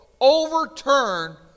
overturn